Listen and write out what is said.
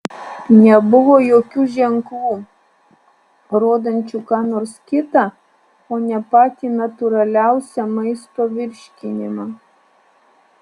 nebuvo jokių ženklų rodančių ką nors kitą o ne patį natūraliausią maisto virškinimą